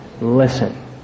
listen